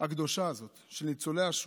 הקדושה הזאת של ניצולי השואה.